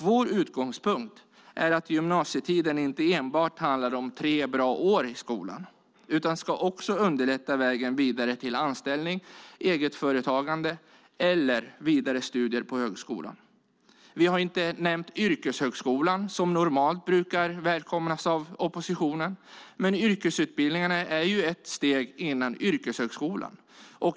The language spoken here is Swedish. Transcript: Vår utgångspunkt är att gymnasietiden inte enbart handlar om tre bra år i skolan utan också ska underlätta vägen vidare till anställning, eget företagande eller studier vid högskola. Vi har inte nämnt yrkeshögskolan, som normalt brukar välkomnas av oppositionen, och yrkesutbildningarna är ju steget innan yrkeshögskolan.